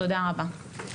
תודה רבה.